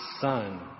Son